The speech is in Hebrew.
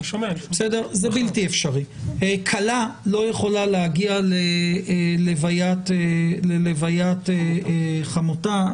כלה לא יכולה להגיע להלוויית חמותה?